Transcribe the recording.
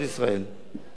בכל ממשלות ישראל